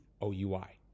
O-U-I